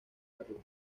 harlem